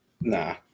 Nah